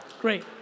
great